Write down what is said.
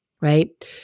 right